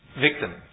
victim